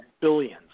billions